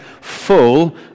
full